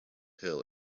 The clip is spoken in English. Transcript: hill